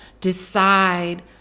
decide